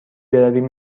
برویم